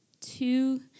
Two